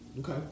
Okay